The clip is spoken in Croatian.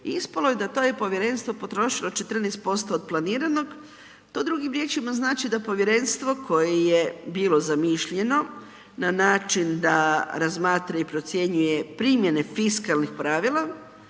ispalo je da je to povjerenstvo potrošilo 14% od planiranog, to drugim riječima znači da povjerenstvo koje je bilo zamišljeno na način da razmatra i procjenjuje primjene fiskalnih pravila,